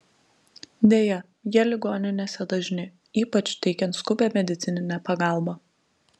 deja jie ligoninėse dažni ypač teikiant skubią medicininę pagalbą